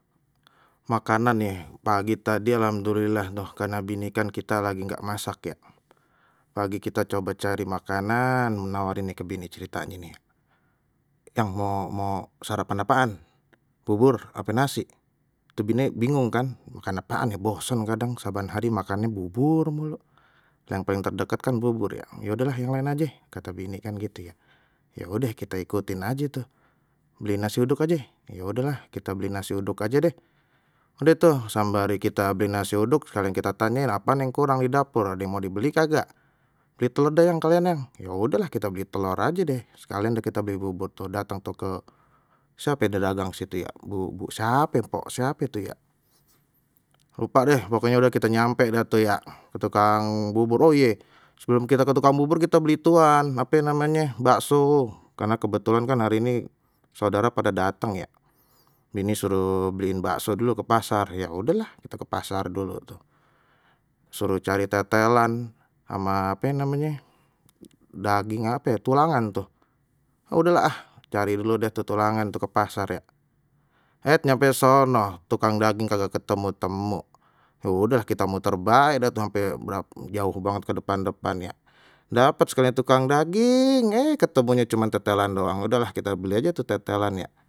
Makanan ye pagi tadi alhamdulillah tuh karena bini kan kita lagi nggak masak ya, pagi kita coba cari makanan nawarin nih ke bini nih ceritanye, yang mo mo sarapan apaan bubur ape nasi tu bini bingung kan makan apaan ya bosen kadang saban hari makannye bubur mulu, paling terdekat kan bubur ya, ya udahlah yang lain aje kata bini ya udah kita ikutin aja tuh, beliin nasi uduk aje ya udahlah kita beliin nasi uduk aje deh, udeh tuh sembari kita beli nasi uduk sekalian kita tanyain apaan yang kurang di dapur da mau dibeli kagak, beli telor deh yang sekalian yang, ya udah kita begitu telor aje deh sekalian deh kita beli bubur kalian tuh dateng tu siape da dagang disitu ya bu bu siape pok siape tu ya, lupa deh pokoknya udah kita nyampe lihat tuh ya tukang bubur oh iye sebelum kita ke tukang bubur kita beli ituan ape namenye bakso, karena kebetulan kan hari ini saudara pada datang ya bini suruh beliin bakso dulu ke pasar, ya udahlah kita ke pasar dulu tuh suruh cari tetelan ama ape namanya daging apa itu tulangan tuh udahlah ah, cari dulu deh tulangan tuh ke pasar ya, et nyampe sana tukang daging kagak ketemu-temu ya udah kita muter bae dah tu ampe berapa jauh banget ke depan ke depan ya, dapat sekalianya tukang daging eh ketemunya cuman tetelan doang udahlah kita beli aja tu tetelan ya.